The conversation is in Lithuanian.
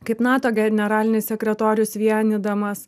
kaip nato generalinis sekretorius vienydamas